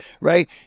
right